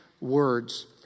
words